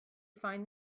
find